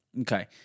Okay